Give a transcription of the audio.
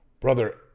Brother